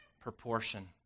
proportion